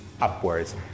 upwards